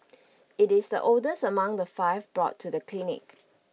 it is the oldest among the five brought to the clinic